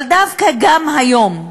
אבל דווקא גם היום,